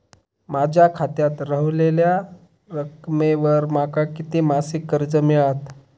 माझ्या खात्यात रव्हलेल्या रकमेवर माका किती मासिक कर्ज मिळात?